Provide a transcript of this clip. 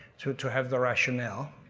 to to have the rationale.